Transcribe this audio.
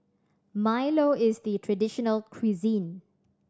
milo is the traditional cuisine